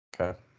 Okay